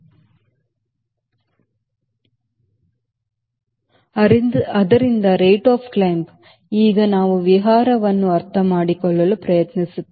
ಆದ್ದರಿಂದ ಏರಿಕೆಯ ದರದಿಂದ ಈಗ ನಾವು ವಿಹಾರವನ್ನು ಅರ್ಥಮಾಡಿಕೊಳ್ಳಲು ಪ್ರಯತ್ನಿಸುತ್ತೇವೆ